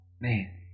man